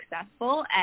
successful